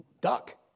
duck